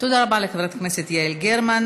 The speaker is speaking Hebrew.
תודה רבה לחברת הכנסת יעל גרמן.